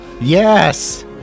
Yes